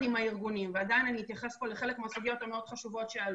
בודד שבסופו של דבר גם יצרה לו חוב, אגב.